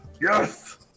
Yes